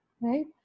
right